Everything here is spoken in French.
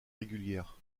régulière